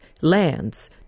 lands